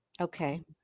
Okay